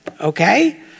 okay